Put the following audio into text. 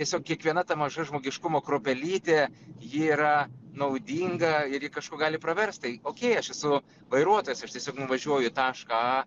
tiesiog kiekviena ta maža žmogiškumo kruopelytė ji yra naudinga ir ji kažkuo gali praverst tai okei aš esu vairuotojas aš tiesiog nuvažiuoju į tašką